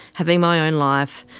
having my own life,